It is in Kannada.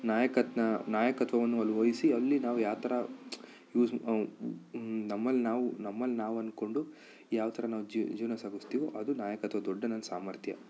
ನಾಯಕತ್ ನಾಯಕತ್ವವನ್ನು ಒಲ್ ವಹ್ಸಿ ಅಲ್ಲಿ ನಾವು ಯಾವ ಥರ ಯೂಸ್ ನಮ್ಮಲ್ಲಿ ನಾವು ನಮ್ಮಲ್ಲಿ ನಾವು ಅಂದ್ಕೊಂಡು ಯಾವ ಥರ ನಾವು ಜೀವನ ಸಾಗಿಸ್ತೀವೊ ಅದು ನಾಯಕತ್ವ ದೊಡ್ಡ ನನ್ನ ಸಾಮರ್ಥ್ಯ